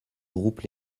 groupe